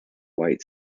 white